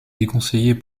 déconseillé